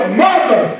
mother